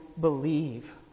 believe